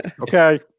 okay